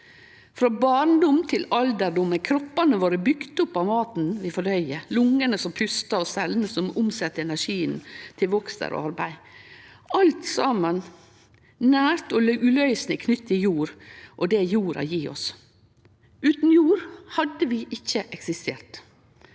Frå barndom til alderdom er kroppane våre bygde opp av maten vi fordøyer, lungene som pustar, og cellene som omset energien til vokster og arbeid – alt saman nært og uløyseleg knytt til jord og det jorda gjev oss. Utan jord hadde vi ikkje eksistert.